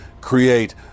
create